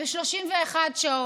ב-31 שעות,